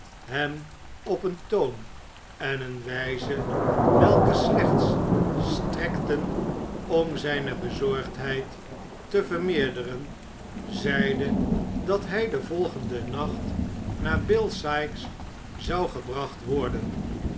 hem op een toon en eene wijze welke slechts strekten om zijne bezorgdheid te vermeerderen zeide dat hij den volgenden nacht naar bill sikes zou gebracht worden